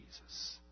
Jesus